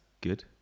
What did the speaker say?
good